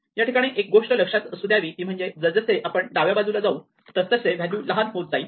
या ठिकाणी एक गोष्ट लक्षात असू द्यावी ती म्हणजे जसे जसे आपण डाव्या बाजूला जाऊन तसे व्हॅल्यू लहान लहान होत जाईल